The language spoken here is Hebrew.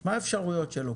מה האפשרויות שלו?